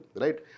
right